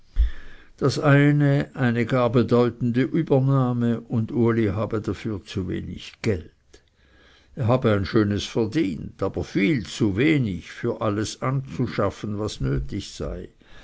das sei eine gar bedeutende übernahme und uli habe dafür zu wenig geld er habe ein schönes verdient aber viel zu wenig für alles anzuschaffen was da nötig sei